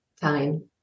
time